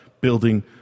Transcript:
building